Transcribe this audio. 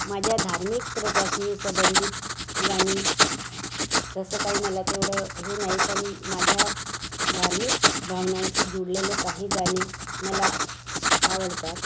माझ्या धार्मिक प्रथाशी संबंधित गाणी तसं काही मला तेवढं हे नाही पण माझ्या धार्मिक भावनांशी जुडलेले काही गाणी मला आवडतात